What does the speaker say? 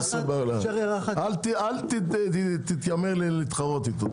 אל תתיימר להתחרות בו.